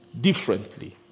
differently